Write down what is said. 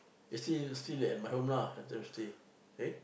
you still see it at my home lah those days eh